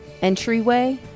entryway